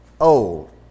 old